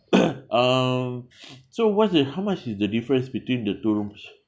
um so what's the how much is the difference between the two rooms